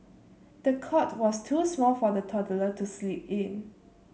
the cot was too small for the toddler to sleep in